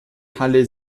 halle